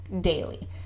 daily